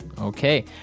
Okay